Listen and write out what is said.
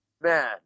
man